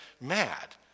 mad